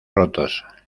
rotos